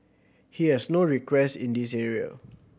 he has no request in this area